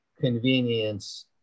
convenience